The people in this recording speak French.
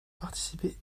participé